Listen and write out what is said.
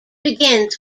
begins